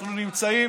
אנחנו נמצאים